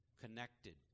connected